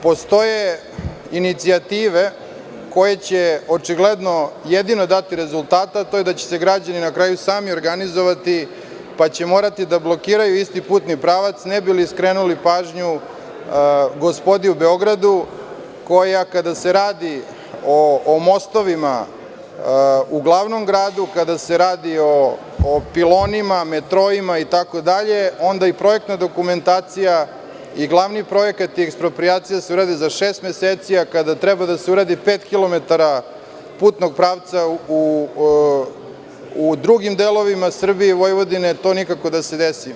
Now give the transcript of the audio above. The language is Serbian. Postoje inicijative koje će očigledno jedino dati rezultate, a to je da će se građani na kraju sami organizovati, pa će morati da blokiraju isti putni pravac, ne bi li skrenuli pažnju gospodi u Beogradu, koja, kada se radi o mostovima u glavnom gradu, kada se radi o pilonima, metroima, onda i projektna dokumentacija i glavni projekti eksproprijacije urade se za šest meseci, a kada treba da se uradi pet kilometara putnog pravca u drugim delovima Srbije i Vojvodine, to nikako da se desi.